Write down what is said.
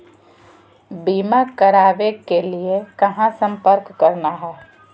बीमा करावे के लिए कहा संपर्क करना है?